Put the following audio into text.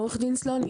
עורך דין סלונים,